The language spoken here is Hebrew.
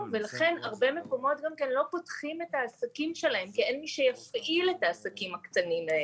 ולכן הרבה מהעסקים לא פותחים כי אין מי שיפעיל את העסקים.